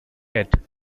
hate